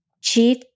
Chief